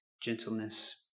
gentleness